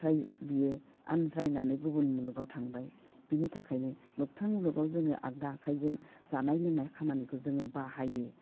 फ्राय बियो आनज्रायनानै गुबुन मुलुगाव थांबाय बिनि थाखायनो मोगथां मुलुगाव जोङो आग्दा आखाइजों जानाय लोंनाय खामानिखौ जोङो बाहायो